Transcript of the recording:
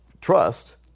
trust